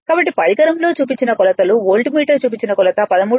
కాబట్టి పరికరం లో చూపించిన కొలతలు వోల్టమీటర్ చూపించిన కొలత 13